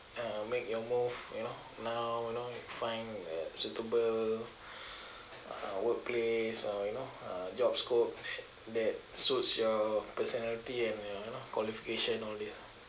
uh make your move you know now you know find a suitable uh workplace or you know uh job scope that suits your personality and your qualification all these